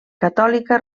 catòlica